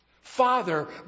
Father